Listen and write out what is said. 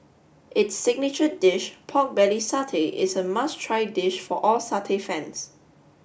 its signature dish pork belly satay is a must try dish for all satay fans